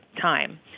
time